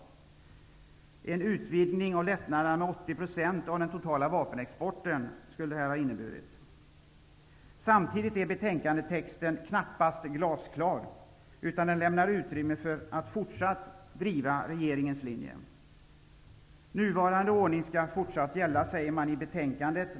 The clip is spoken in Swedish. Det skulle ha inneburit en utvidgning av lättnaderna med 80 % av den totala vapenexporten. Samtidigt är betänkandetexten knappast glasklar, utan den lämnar utrymme för att regeringens linje skall kunna drivas även i fortsättningen. Nuvarande ordning skall fortfarande gälla, säger man i betänkandet.